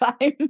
time